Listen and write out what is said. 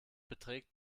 beträgt